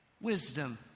Wisdom